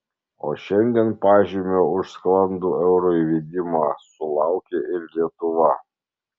o šiandien pažymio už sklandų euro įvedimą sulaukė ir lietuva